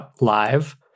live